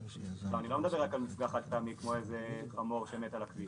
אני לא מדבר רק על מפגע חד פעמי כמו איזה חמור שמת על הכביש,